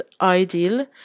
ideal